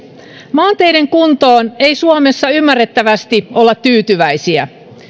maanteiden kuntoon ei suomessa ymmärrettävästi olla tyytyväisiä